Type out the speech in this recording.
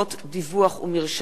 חובות דיווח ומרשם),